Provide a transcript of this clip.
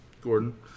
Gordon